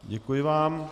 Děkuji vám.